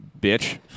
bitch